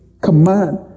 command